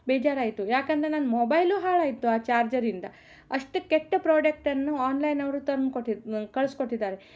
ಬೇಜಾರಾಯಿತು ಯಾಕಂದರೆ ನನ್ನ ಮೊಬೈಲು ಹಾಳಾಯಿತು ಆ ಚಾರ್ಜರಿಂದ ಅಷ್ಟು ಕೆಟ್ಟ ಪ್ರಾಡಕ್ಟನ್ನು ಆನ್ಲೈನವ್ರು ತಂದು ಕೊಟ್ ಕಳ್ಸಿಕೊಟ್ಟಿದ್ದಾರೆ